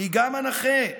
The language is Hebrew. כי גם הנכה,